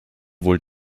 wohl